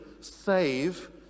save